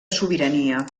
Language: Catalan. sobirania